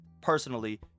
personally